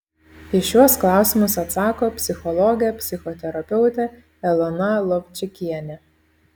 į šiuos klausimus atsako psichologė psichoterapeutė elona lovčikienė